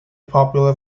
popular